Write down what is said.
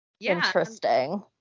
Interesting